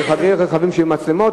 יש רכבים שיהיו בהם מצלמות,